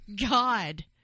God